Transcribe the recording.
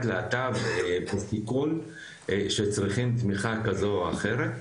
להט"ב בסיכון שצריכים תמיכה כזו או אחרת,